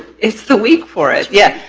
it's the week for it. yeah